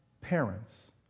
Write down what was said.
parents